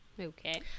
Okay